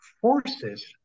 forces